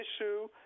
issue